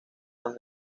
más